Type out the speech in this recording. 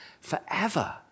forever